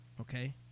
okay